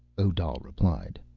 odal replied.